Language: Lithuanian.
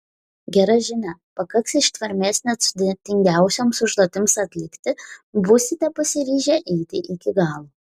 gera žinia pakaks ištvermės net sudėtingiausioms užduotims atlikti būsite pasiryžę eiti iki galo